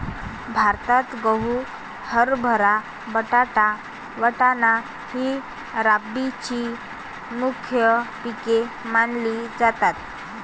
भारतात गहू, हरभरा, बटाटा, वाटाणा ही रब्बीची मुख्य पिके मानली जातात